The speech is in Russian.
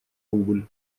убыль